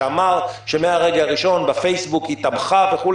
שאמר שמהרגע הראשון בפייסבוק היא תמכה וכו',